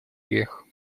грех